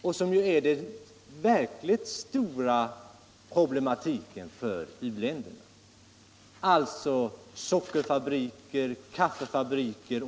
Ett sådant jordbruk - med sockerfabriker, kaffefabriker osv. — är det verkligt stora problemet för u-länderna.